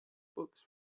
books